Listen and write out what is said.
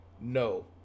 No